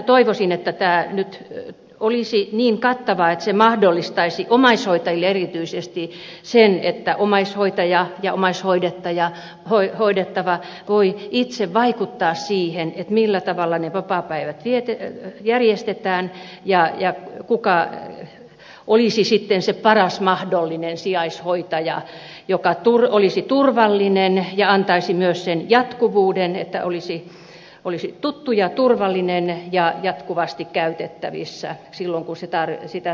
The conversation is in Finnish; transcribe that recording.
toivoisin että tämä laki olisi nyt niin kattava että se mahdollistaisi omaishoitajille erityisesti sen että omaishoitaja ja omaishoidettava voivat itse vaikuttaa siihen millä tavalla ne vapaapäivät järjestetään ja kuka olisi sitten se paras mahdollinen sijaishoitaja joka olisi turvallinen ja antaisi myös jatkuvuuden olisi tuttu ja turvallinen ja jatkuvasti käytettävissä silloin kun sitä tarvitaan